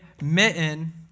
Mitten